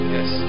Yes